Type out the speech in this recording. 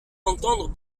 entendre